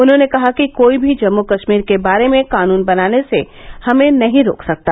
उन्होंने कहा कि कोई भी जम्मू कश्मीर के बारे में कानून बनाने से हमें नहीं रोक सकता